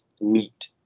meet